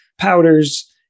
powders